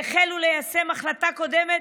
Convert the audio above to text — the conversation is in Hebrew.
והחלו ליישם החלטה קודמת